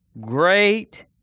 great